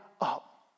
up